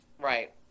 Right